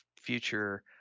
future